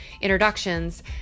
introductions